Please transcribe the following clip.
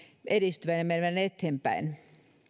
edistyvän ja menevän eteenpäin